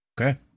Okay